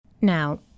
Now